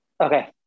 Okay